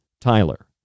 Tyler